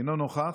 אינו נוכח,